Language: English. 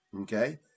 okay